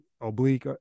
oblique